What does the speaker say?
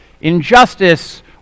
injustice